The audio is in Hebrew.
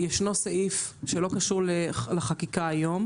ישנו סעיף שלא קשור לחקיקה היום,